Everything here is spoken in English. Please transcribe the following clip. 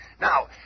Now